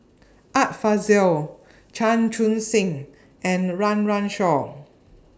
Art Fazil Chan Chun Sing and Run Run Shaw